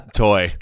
toy